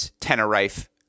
Tenerife